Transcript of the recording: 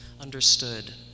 understood